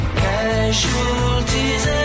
casualties